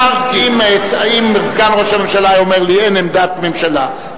אם סגן ראש הממשלה היה אומר לי: אין עמדת ממשלה,